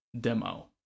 demo